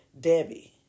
Debbie